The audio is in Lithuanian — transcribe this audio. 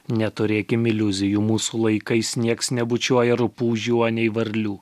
neturėkim iliuzijų mūsų laikais nieks nebučiuoja rupūžių anei varlių